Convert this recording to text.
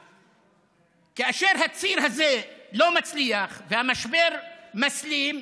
כאשר הציר הזה לא מצליח והמשבר מסלים,